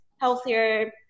healthier